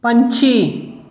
ਪੰਛੀ